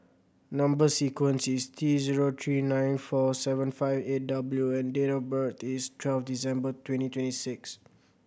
number sequence is T zero three nine four seven five eight W and date of birth is twelve December twenty twenty six